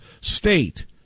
state